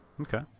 Okay